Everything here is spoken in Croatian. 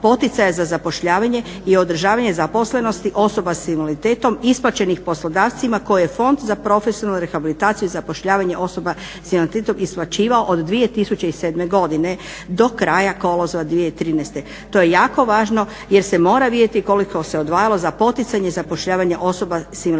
poticaja za zapošljavanje i održavanje zaposlenosti osoba s invaliditetom isplaćenih poslodavcima koje Fond za profesionalnu rehabilitaciju i zapošljavanje osoba s invaliditetom isplaćivao od 2007.godine do kraja kolovoza 2013. To je jako važno jer se mora vidjeti koliko se odvajalo za poticanje zapošljavanja osoba s invaliditetom